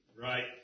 Right